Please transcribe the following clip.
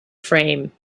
frame